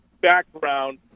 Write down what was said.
background